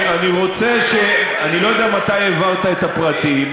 אני לא יודע מתי העברת את הפרטים.